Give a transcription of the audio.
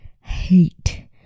hate